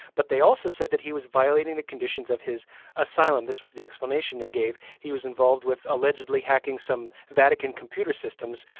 but they also said that he was violating the conditions of his asylum. this was the explanation they gave. he was involved with allegedly hacking some vatican computer systems.